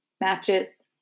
matches